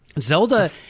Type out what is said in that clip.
Zelda